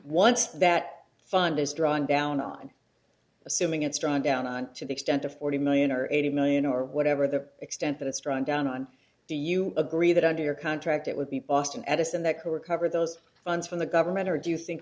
once that fund is drawn down i'm assuming it's john down on to the extent of forty million or eighty million or whatever the extent that it struck down on do you agree that under your contract it would be boston edison that can recover those funds from the government or do you think